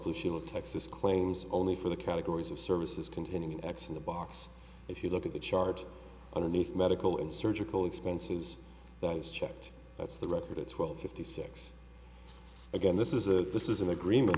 blue shield texas claims only for the categories of services continue x in the box if you look at the chart underneath medical and surgical expenses that is checked that's the record it's twelve fifty six again this is a this is an agreement